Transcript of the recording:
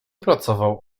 pracował